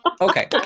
Okay